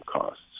costs